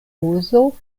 uzo